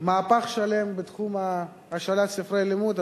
מהפך שלם בתחום השאלת ספרי לימוד,